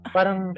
Parang